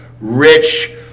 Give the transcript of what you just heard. rich